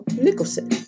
Nicholson